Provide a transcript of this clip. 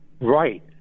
Right